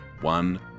one